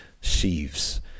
sheaves